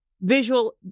visual